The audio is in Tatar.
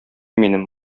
минем